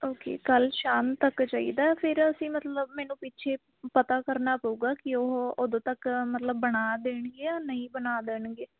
okay ਕੱਲ੍ਹ ਸ਼ਾਮ ਤੱਕ ਚਾਹੀਦਾ ਫਿਰ ਅਸੀਂ ਮਤਲਬ ਮੈਨੂੰ ਪਿੱਛੇ ਪਤਾ ਕਰਨਾ ਪਊਗਾ ਕਿ ਉਹ ਉਦੋਂ ਤੱਕ ਮਤਲਬ ਬਣਾ ਦੇਣਗੇ ਜਾਂ ਨਹੀਂ ਬਣਾ ਦੇਣਗੇ